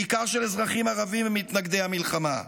בעיקר של אזרחים ערבים ומתנגדי המלחמה,